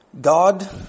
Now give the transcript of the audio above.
God